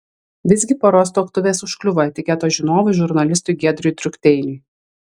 visgi poros tuoktuvės užkliuvo etiketo žinovui žurnalistui giedriui drukteiniui